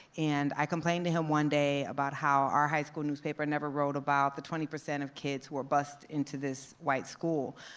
and i complained to him one day about how our high school newspaper never wrote about the twenty percent of kids who are bused into this white school.